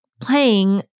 playing